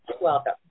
welcome